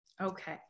Okay